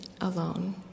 alone